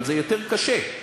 אבל זה יותר קשה,